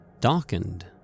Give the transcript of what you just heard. Darkened